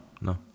No